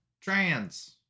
trans